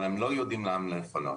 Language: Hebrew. אבל הם לא יודעים לאן לפנות.